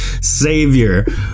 savior